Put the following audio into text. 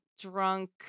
drunk